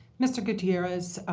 mr. gutierrez,